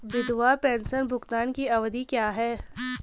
विधवा पेंशन भुगतान की अवधि क्या है?